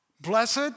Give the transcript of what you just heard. Blessed